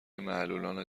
معلولان